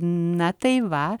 na tai va